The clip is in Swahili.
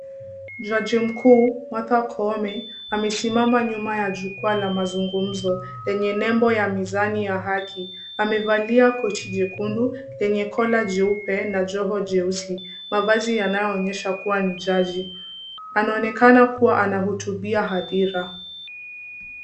Jaji mkuu Martha Koome amesimama nyuma ya jukwaa la mazungumzo yenye nembo ya mizani ya haki. Amevalia koti jekundu lenye kola jeupe na joho jeusi. Mavazi yanayoonyesha kuwa ni jaji. Anaonekana kuwa anahutubia hadhira.